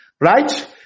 Right